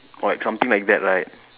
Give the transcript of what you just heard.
or like something like that right